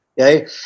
Okay